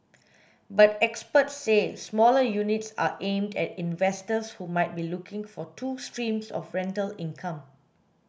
but experts say smaller units are aimed at investors who might be looking for two streams of rental income